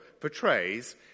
portrays